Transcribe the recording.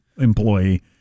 employee